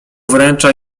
wręcza